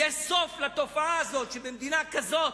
יהיה סוף לתופעה הזו, שבמדינה כזו,